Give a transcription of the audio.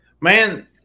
Man